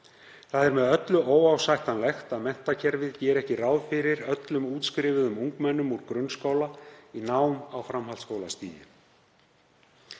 Það er með öllu óásættanlegt að menntakerfið geri ekki ráð fyrir öllum útskrifuðum ungmennum úr grunnskóla í nám á framhaldsskólastigi.